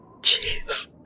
Jeez